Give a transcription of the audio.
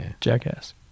jackass